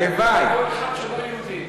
הלוואי.